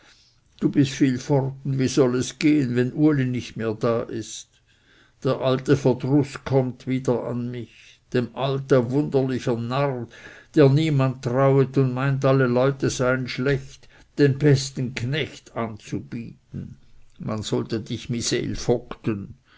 du bist viel fort und wie soll es gehen wenn uli nicht mehr da ist der alte verdruß kommt wieder an mich dem alte wunderliche narr der niemand trauet und meint alle leute seien schlecht den besten knecht anzubieten man sollte dich